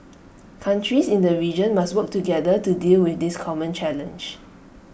countries in the region must work together to deal with this common challenge